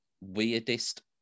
weirdest